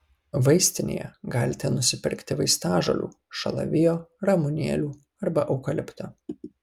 vaistinėje galite nusipirkti vaistažolių šalavijo ramunėlių arba eukalipto